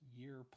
year